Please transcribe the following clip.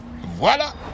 Voilà